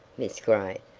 miss gray,